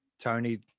Tony